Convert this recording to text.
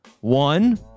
One